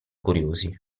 curiosi